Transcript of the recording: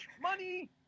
money